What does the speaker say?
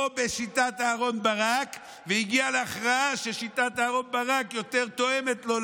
בשיטת אהרן ברק והגיע להכרעה ששיטת אהרן ברק יותר תואמת לו,